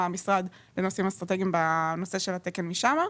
המשרד לנושאים אסטרטגיים בנושא של התקן ממנו,